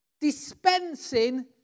dispensing